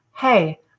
Hey